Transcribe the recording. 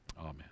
amen